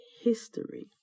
history